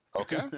Okay